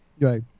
Right